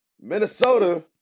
Minnesota